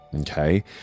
Okay